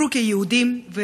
הוכרו כיהודים,